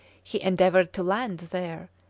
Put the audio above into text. he endeavoured to land there,